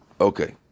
Okay